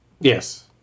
Yes